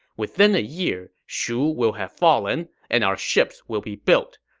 within a year, shu will have fallen, and our ships will be built.